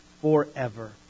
forever